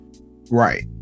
Right